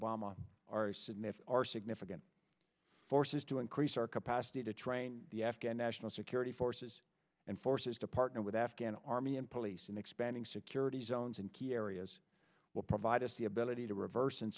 submit our significant forces to increase our capacity to train the afghan national security forces and forces to partner with afghan army and police in expanding security zones in key areas will provide us the ability to reverse